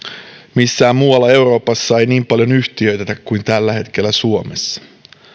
missään muualla euroopassa ei niin paljon yhtiöitetä kuin tällä hetkellä suomessa